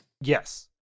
Yes